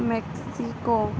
Mexico